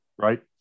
right